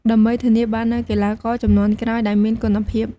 ដើម្បីធានាបាននូវកីឡាករជំនាន់ក្រោយដែលមានគុណភាព។